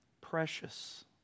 precious